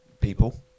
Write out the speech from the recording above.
people